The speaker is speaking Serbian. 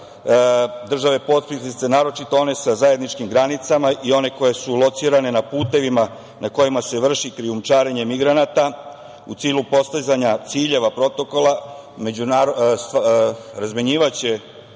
države potpisnice naročito one sa zajedničkim granicama i one koje su locirane na putevima na kojima se vrši krijumčarenje migranata, u cilju postizanja ciljeva protokola, razmenjivaće